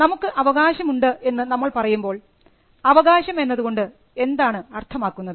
നമുക്ക് അവകാശമുണ്ട് എന്ന് നമ്മൾ പറയുമ്പോൾ 'അവകാശം' എന്നതുകൊണ്ട് എന്താണ് അർത്ഥമാക്കുന്നത്